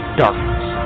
darkness